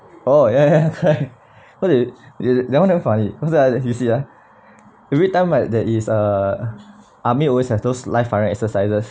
oh ya ya ya right that one damn funny what's that ah you see ah every time I that is uh army always have those live firing exercises